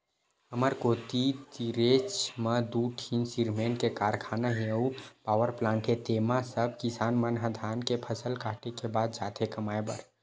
हमर कोती तीरेच म दू ठीन सिरमेंट के कारखाना हे अउ पावरप्लांट हे तेंमा सब किसान मन ह धान के फसल काटे के बाद जाथे कमाए बर